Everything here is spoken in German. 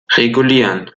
regulieren